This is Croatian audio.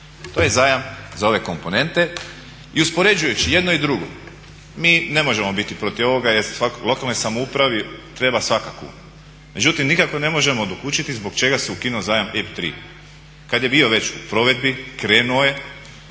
To je zajam za ove komponente i uspoređujući i jedno i drugo mi ne možemo biti protiv ovoga jer lokalnoj samoupravi treba svaka kuna, međutim nikako ne možemo dokučiti zbog čega se ukinuo zajam EIB kad je bio već u provedbi, krenuo je.